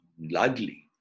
Largely